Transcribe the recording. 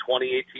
2018